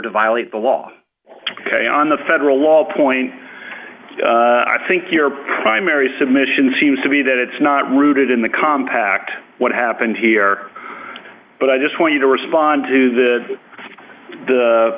to violate the law ok on the federal law a point i think your primary submission seems to be that it's not rooted in the compact what happened here but i just want you to respond to the the